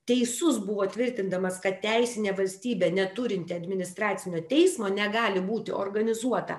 teisus buvo tvirtindamas kad teisinė valstybė neturinti administracinio teismo negali būti organizuota